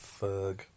Ferg